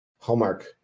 Hallmark